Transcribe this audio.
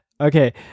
Okay